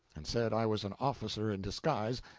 and said i was an officer in disguise,